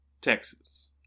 Texas